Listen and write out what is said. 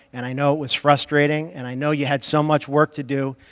and i know it was frustrating and i know you had so much work to do,